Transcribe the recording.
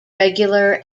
regular